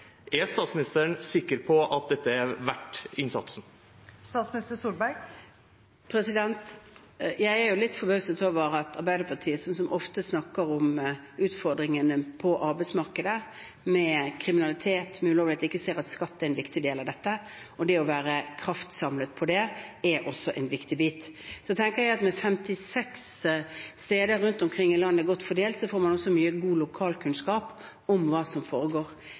Er statsministeren sikker på at dette er verdt innsatsen? Jeg er litt forbauset over at Arbeiderpartiet, som ofte snakker om utfordringene med kriminalitet og ulovligheter på arbeidsmarkedet, ikke ser at skatt er en viktig del av dette. Det å være kraftsamlet på det er også en viktig bit. Så tenker jeg at med 56 steder rundt omkring i landet, godt fordelt, får man også mye god lokalkunnskap om hva som foregår.